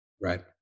Right